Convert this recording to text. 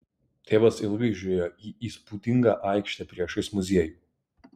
tėvas ilgai žiūrėjo į įspūdingą aikštę priešais muziejų